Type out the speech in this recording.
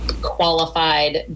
qualified